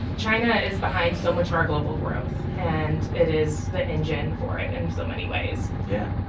china is behind so much of our global growth, and it is the engine for it in so many ways yeah.